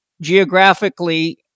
geographically